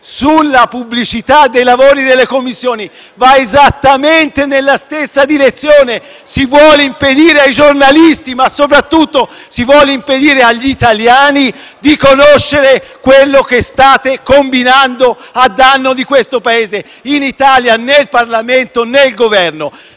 sulla pubblicità dei lavori delle Commissioni va esattamente nella stessa direzione: si vuole impedire ai giornalisti e soprattutto si vuole impedire agli italiani di conoscere quello che state combinando a danno del Paese, in Italia, nel Parlamento e nel Governo: